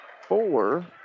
four